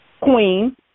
Queen